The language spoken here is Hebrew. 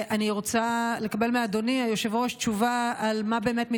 אני רוצה לקבל מאדוני היושב-ראש תשובה על מה באמת מתרחש.